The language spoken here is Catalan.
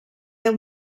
deu